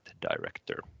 director